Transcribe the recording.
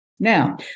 Now